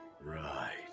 Right